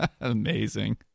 amazing